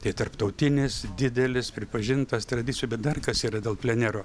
tai tarptautinis didelis pripažintas tradicijų bet dar kas yra dėl plenero